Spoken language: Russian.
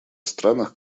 странах